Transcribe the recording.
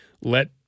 Let